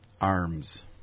Arms